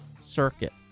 circuit